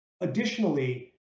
Additionally